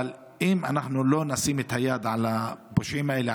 אבל אם אנחנו לא נשים את היד על הפושעים האלה,